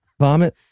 Vomit